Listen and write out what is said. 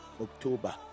october